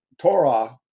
Torah